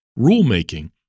rulemaking